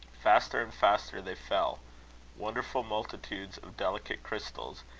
faster and faster they fell wonderful multitudes of delicate crystals,